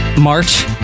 March